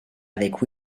avec